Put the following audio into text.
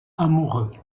amoureux